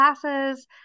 classes